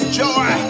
joy